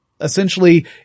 Essentially